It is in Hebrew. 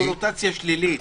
זה קונוטציה שלילית.